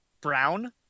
brown